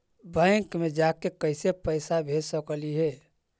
Bank मे जाके कैसे पैसा भेज सकली हे?